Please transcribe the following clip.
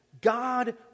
God